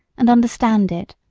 and understand it,